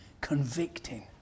convicting